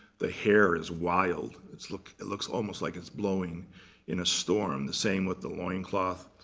the hair is wild. it's look it looks almost like it's blowing in a storm. the same with the loin cloth.